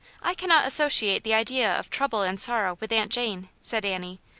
i cannot associate the idea of trouble and sorrow with aunt jane, said annie.